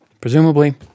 Presumably